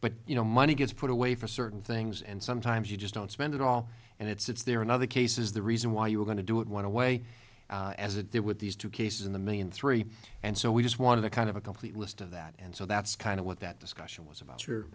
but you know money gets put away for certain things and sometimes you just don't spend it all and it's there in other cases the reason why you were going to do it one way as it there with these two cases in the million three and so we just wanted to kind of a complete list of that and so that's kind of what that discussion was about